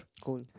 Cool